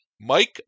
Mike